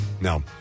No